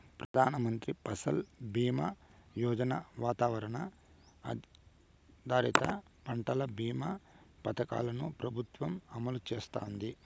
ప్రధాన మంత్రి ఫసల్ బీమా యోజన, వాతావరణ ఆధారిత పంటల భీమా పథకాలను ప్రభుత్వం అమలు చేస్తాంది